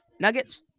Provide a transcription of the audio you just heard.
Nuggets